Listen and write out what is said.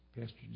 Pastor